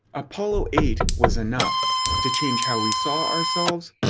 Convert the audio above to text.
apollo eight was enough to change how we saw ourselves,